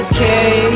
Okay